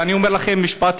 ואני אומר לכם משפט,